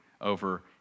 over